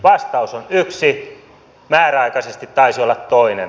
vastaus on että yksi määräaikaisesti taisi olla toinen